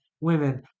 women